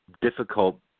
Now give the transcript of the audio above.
difficult